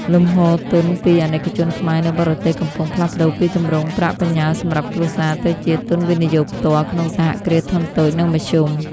លំហូរទុនពី អាណិកជនខ្មែរ នៅបរទេស កំពុងផ្លាស់ប្តូរពីទម្រង់ "ប្រាក់បញ្ញើសម្រាប់គ្រួសារ"ទៅជា "ទុនវិនិយោគផ្ទាល់" ក្នុងសហគ្រាសធុនតូច និងមធ្យម។